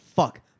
Fuck